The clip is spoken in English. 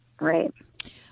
Right